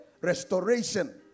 restoration